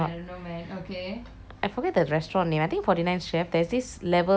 I forget the restaurant name I think forty nine chefs there's this level forty nine spice